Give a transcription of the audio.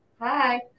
Hi